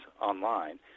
online